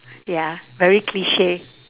ya very cliche